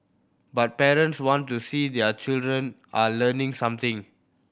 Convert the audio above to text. but parents want to see their children are learning something